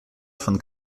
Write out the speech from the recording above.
von